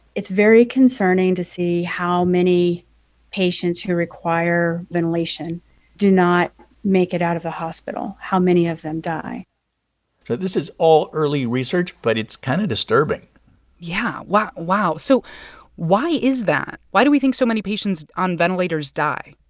it's very concerning to see how many patients who require ventilation do not make it out of the hospital, how many of them die so this is all early research, but it's kind of disturbing yeah. wow. so why is that? why do we think so many patients on ventilators die?